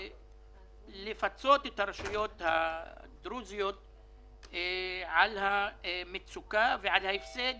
לפצות את הרשויות הדרוזיות על המצוקה ועל ההפסד